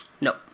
No